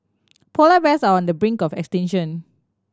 polar bears are on the brink of extinction